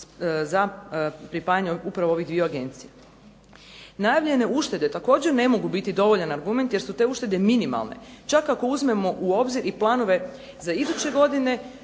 za pripajanje upravo ovih dviju agencija. Najavljene uštede također ne mogu biti dovoljan argument jer su te uštede minimalne. Čak ako uzmemo u obzir i planove za iduće godine